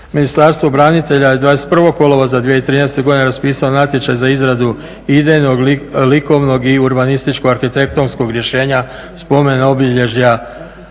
Ministarstvo branitelja je 21. kolovoza 2013. godine raspisao natječaj za izradu idejnog likovnog i urbanističko-arhitektonskog rješenja spomen obilježja